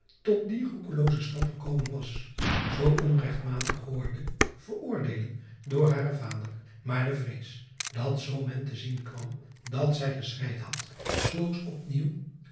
tot dien roekeloozen stap gekomen was zoo onregtmatig hoorde veroordeelen door haren vader maar de vrees dat zoo men te zien kwam dat zij geschreid had zulks